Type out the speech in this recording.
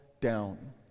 down